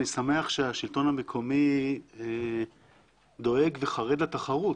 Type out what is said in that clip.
אני שמח שהשלטון המקומי דואג וחרד לתחרות,